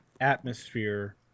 atmosphere